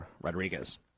Rodriguez